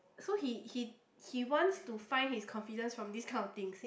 so he he he wants to find his confidence from these kind of things